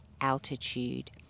altitude